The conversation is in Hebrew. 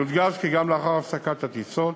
יודגש כי גם לאחר הפסקת הטיסות